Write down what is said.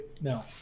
No